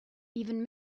even